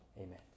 Amen